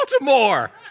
Baltimore